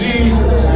Jesus